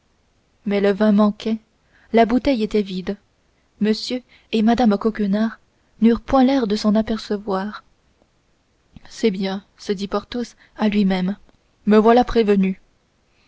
mais le vin manquait la bouteille était vide m et mme coquenard n'eurent point l'air de s'en apercevoir c'est bien se dit porthos à lui-même me voilà prévenu